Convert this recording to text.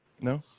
No